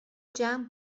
جمع